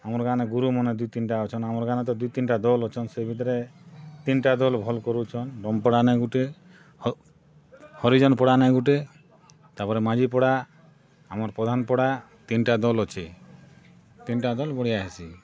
ଆମର୍ ଗାଁ ନେ ଗୁରୁମାନେ ଦି ତିନ୍ଟା ଅଛନ୍ ଆମ ଗାଁ ନ ଦୁଇ ତିନ୍ଟା ଦଲ୍ ଅଛନ୍ ସେ ଭିତରେ ତିନ୍ଟା ଦଲ୍ ଭଲ୍ କରୁଛନ୍ ଦମ୍ପପଡ଼ା ନ ଗୁଟେ ହରିଜେନ ପଡ଼ା ନାଇଁ ଗୋଟେ ତା'ପରେ ମାଝି ପଡ଼ା ଆମର୍ ପ୍ରଧାନ ପଡ଼ା ତିନ୍ଟା ଦଲ୍ ଅଛେ ତିନ୍ଟା ଦଲ୍ ବଢ଼ିଆ ହେସି